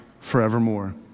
forevermore